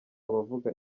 abavuga